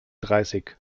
dreißig